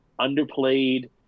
underplayed